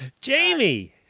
Jamie